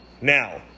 Now